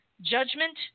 judgment